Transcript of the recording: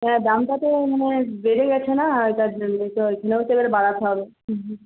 হ্যাঁ দামটা তো মানে বেড়ে গেছে না যার জন্যে তো এখানেও তো এবার বাড়াতে হবে